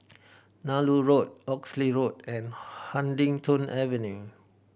Nallur Road Oxley Road and Huddington Avenue